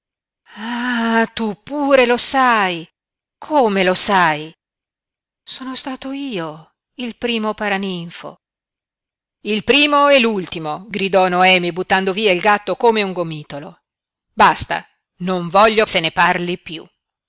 tu pure lo sai come lo sai sono stato io il primo paraninfo il primo e l'ultimo gridò noemi buttando via il gatto come un gomitolo basta non voglio se ne parli piú